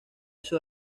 sus